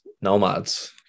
nomads